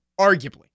Arguably